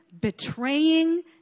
betraying